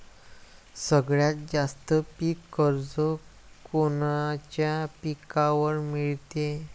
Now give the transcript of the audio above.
सगळ्यात जास्त पीक कर्ज कोनच्या पिकावर मिळते?